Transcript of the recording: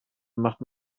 macht